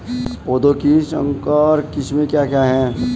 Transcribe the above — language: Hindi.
पौधों की संकर किस्में क्या क्या हैं?